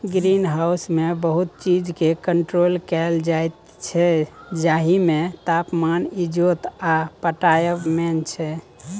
green हाउसमे बहुत चीजकेँ कंट्रोल कएल जाइत छै जाहिमे तापमान, इजोत आ पटाएब मेन छै